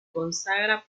consagra